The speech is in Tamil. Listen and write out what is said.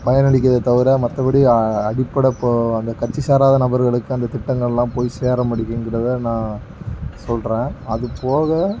பயனளிக்குதே தவிர மற்றப்படி அ அடிப்படை இப்போது அந்த கட்சி சாரதா நபர்களுக்கு அந்த திட்டங்களெல்லாம் போய் சேர நான் மாட்டிங்கிங்கிறதை நான் சொல்கிறேன் அதுப்போக